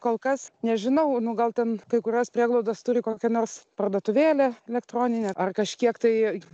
kol kas nežinau nu gal ten kai kurios prieglaudos turi kokią nors parduotuvėlę elektroninę ar kažkiek tai